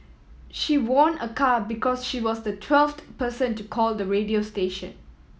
she won a car because she was the twelfth person to call the radio station